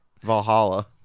Valhalla